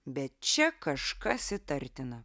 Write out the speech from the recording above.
bet čia kažkas įtartina